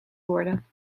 worden